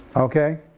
okay?